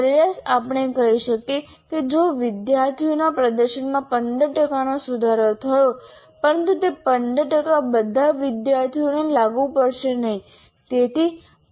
સરેરાશ આપણે કહી શકીએ કે જો વિદ્યાર્થીઓના પ્રદર્શનમાં 15 ટકાનો સુધારો થયો હોય પરંતુ તે 15 ટકા બધા વિદ્યાર્થીઓને લાગુ પડશે નહીં